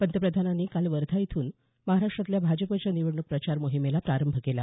पंतप्रधानांनी काल वर्धा इथून महाराष्ट्रातल्या भाजपच्या निवडणूक प्रचार मोहिमेला प्रारंभ केला